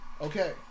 Okay